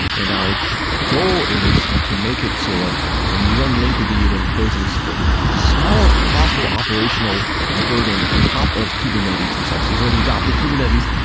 and our goal is to make it so that when you run linkerd, it imposes the smallest possible operational burden on top of kubernetes itself. you've already adopted kubernetes,